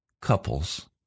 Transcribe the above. couples